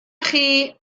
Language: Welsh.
chi